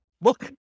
look